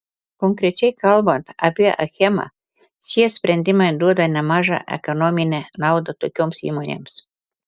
konkrečiai kalbant apie achemą šie sprendimai duoda nemažą ekonominę naudą tokioms įmonėms